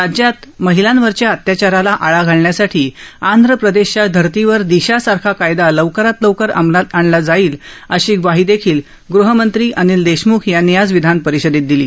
राज्यात महिलांवरील अत्याचाराला आळा घालण्यासाठी आंध प्रदेशच्या धर्तीवर दिशा सारखा कायदा लवकरात लवकर अंमलात आणला जाईल अशी ग्वाही गुहमंत्री अनिल देशम्ख यांनी आज विधान परिषदेत दिली